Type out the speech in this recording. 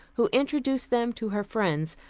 who introduced them to her friends,